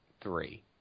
three